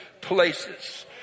places